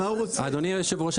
אדוני היושב-ראש,